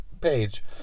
page